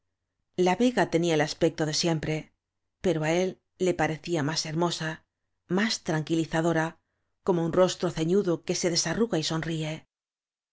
la vega tenía el aspecto de siempre pero á el le parecía más hermosa más tranquili zadora como un rostro ceñudo que se desa rruga y sonríe